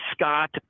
Scott